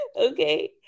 Okay